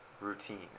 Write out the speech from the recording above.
routine